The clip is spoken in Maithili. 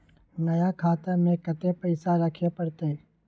नया खाता में कत्ते पैसा रखे परतै?